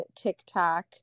TikTok